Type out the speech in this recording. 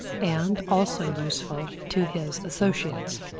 and also useful to his associates.